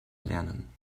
erlernen